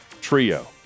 trio